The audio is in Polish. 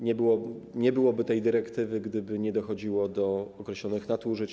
Nie byłoby tej dyrektywy, gdyby nie dochodziło do określonych nadużyć.